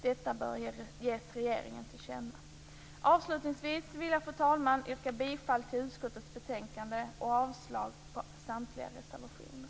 Detta bör ges regeringen till känna. Fru talman! Avslutningsvis vill jag yrka bifall till hemställan i utskottets betänkande och avslag på samtliga reservationer.